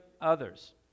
others